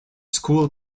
school